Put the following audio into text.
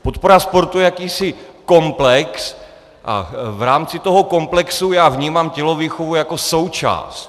Podpora sportu je jakýsi komplex a v rámci toho komplexu já vnímám tělovýchovu jako součást.